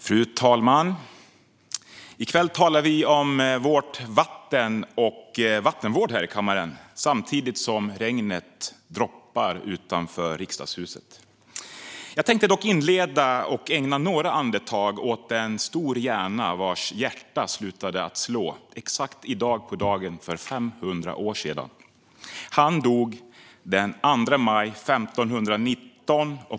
Fru talman! I kväll talar vi här i kammaren om vårt vatten och vattenvård samtidigt som regnet droppar utanför Riksdagshuset. Jag tänkte inleda mitt anförande med att ägna några andetag åt en stor hjärna vars hjärta slutade slå exakt på dagen för 500 år sedan. Han dog den 2 maj 1519.